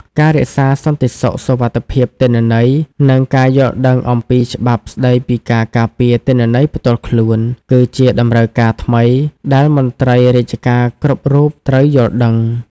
ការរក្សាសន្តិសុខសុវត្ថិភាពទិន្នន័យ និងការយល់ដឹងអំពីច្បាប់ស្តីពីការការពារទិន្នន័យផ្ទាល់ខ្លួន គឺជាតម្រូវការថ្មីដែលមន្ត្រីរាជការគ្រប់រូបត្រូវយល់ដឹង។